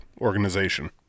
organization